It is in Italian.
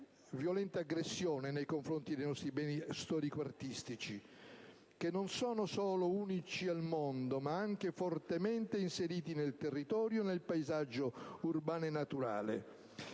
violenta aggressione nei confronti dei nostri beni storico-artistici, che non solo sono unici al mondo, ma anche fortemente inseriti nel territorio e nel paesaggio urbano e naturale.